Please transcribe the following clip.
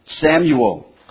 Samuel